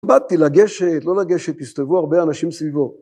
באתי לגשת, לא לגשת, הסתובבו הרבה אנשים סביבו.